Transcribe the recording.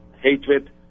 hatred